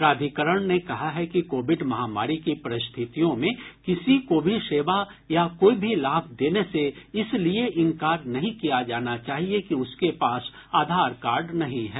प्राधिकरण ने कहा है कि कोविड महामारी की परिस्थितियों में किसी को भी सेवा या कोई भी लाभ देने से इसलिए इंकार नहीं किया जाना चाहिए कि उसके पास आधार कार्ड नहीं है